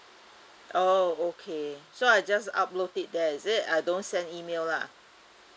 oh okay so I just upload it there is it I don't send email lah